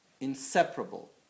inseparable